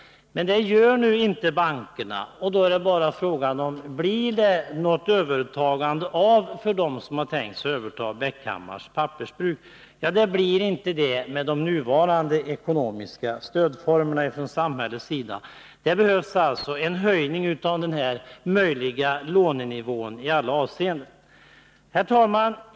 Men det gör inte bankerna, och då är frågan om det blir något övertagande för dem som tänkt sig att överta Bäckhammars pappersbruk. Det blir det inte med de nuvarande ekonomiska stödformerna från samhällets sida. Det behövs alltså en höjning av den möjliga lånenivån i alla avseenden. Herr talman!